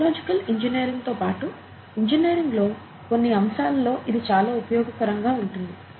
biological engineering తో పాటు engineering లో కొన్ని అంశాలలో ఇది చాలా ఉపయోగకరంగా ఉంటుంది